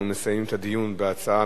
בזה אנחנו מסיימים את הדיון בהצעה,